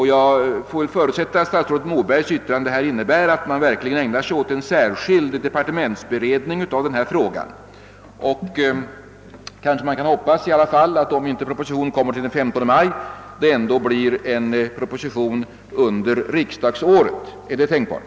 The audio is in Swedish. Jag förutsätter att statsrådet Mobergs yttrande innebär att man verkligen ägnar sig åt en särskild departementsberedning av denna fråga. Om inte propositionen kommer till den 15 maj, kan ske vi ändå kan hoppas att det blir en proposition under riksdagsåret. är det tänkbart?